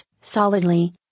Solidly